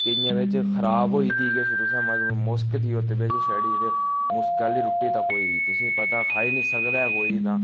केइयें बिच्च खराब होई दी ही किश तुसें मोश्क थी ओह्दे बिच्च छड़ी ते मुश्कै आह्ली रुट्टी दा कोई तुसेंगी पता खाई नी सकदा ऐ कोई तां